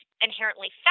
inherently